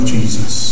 Jesus